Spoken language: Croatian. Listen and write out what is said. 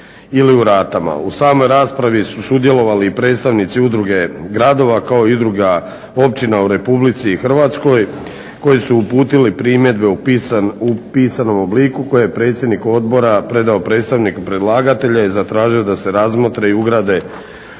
U samoj raspravi su sudjelovali i predstavnici udruge gradova kao i udruga općina u RH koji su uputili primjedbe u pisanom obliku koje je predsjednik odbora predao predstavniku predlagatelja i zatražio da se razmotre i ugrade u